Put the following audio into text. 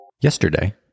Yesterday